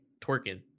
twerking